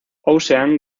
ocean